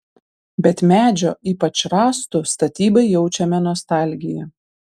bet medžio ypač rąstų statybai jaučiame nostalgiją